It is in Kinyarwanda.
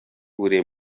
buri